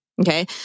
okay